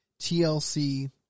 TLC